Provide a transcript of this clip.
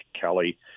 Kelly